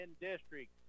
district